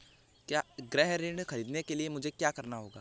गृह ऋण ख़रीदने के लिए मुझे क्या करना होगा?